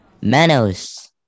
Manos